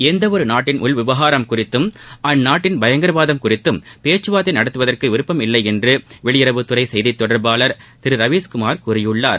எந்த ஒரு நாட்டின் உள்விவகாரம் குறித்தும் அந்நாட்டின் பயங்கரவாதம் குறித்தும் பேச்சுவார்த்தை நடத்துவதற்கு விருப்பம் இல்லை என்று வெளியுறவுத்துறை செய்தி தொடர்பாளர் திரு ரவிஸ்குமார் கூறியிருக்கிறார்